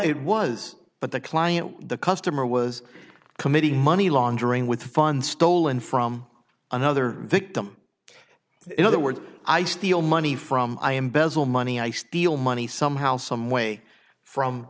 it was but the client the customer was committing money laundering with fun stolen from another victim in other words i steal money from i am bezel money i steal money somehow some way from